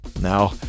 Now